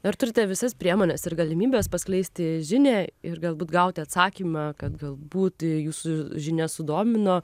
ar turite visas priemones ir galimybes paskleisti žinią ir galbūt gauti atsakymą kad galbūt jūsų žinia sudomino